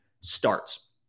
starts